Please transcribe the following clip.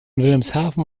wilhelmshaven